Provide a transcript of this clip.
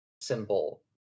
symbol